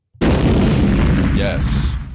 Yes